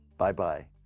bye-bye.